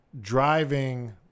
driving